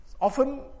Often